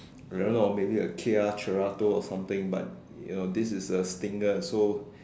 I don't know maybe a kia Cerate or something but you know this is a stinger so